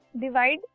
divide